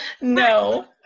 no